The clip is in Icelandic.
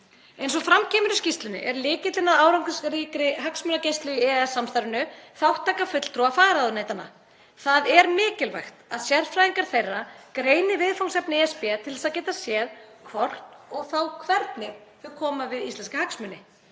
Eins og fram kemur í skýrslunni er lykillinn að árangursríkri hagsmunagæslu í EES-samstarfinu þátttaka fulltrúa fagráðuneytanna. Það er mikilvægt að sérfræðingar þeirra greini viðfangsefni ESB til að geta séð hvort og þá hvernig þau koma við íslenska hagsmuni.